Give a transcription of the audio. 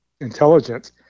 intelligence